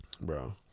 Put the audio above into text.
bro